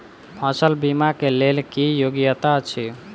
फसल बीमा केँ लेल की योग्यता अछि?